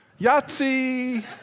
Yahtzee